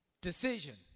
Decision